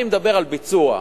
אני מדבר על ביצוע.